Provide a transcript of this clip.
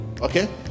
okay